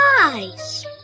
eyes